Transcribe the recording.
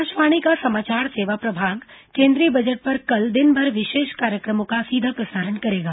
आकाशवाणी का समाचार सेवा प्रभाग केंद्रीय बजट पर कल दिनभर विशेष कार्यक्रमों का सीधा प्रसारण करेगा